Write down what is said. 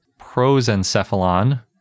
prosencephalon